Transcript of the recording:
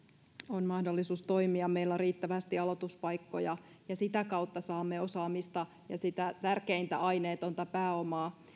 on mahdollisuus toimia meillä on riittävästi aloituspaikkoja ja sitä kautta saamme osaamista ja sitä tärkeintä aineetonta pääomaa